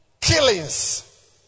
killings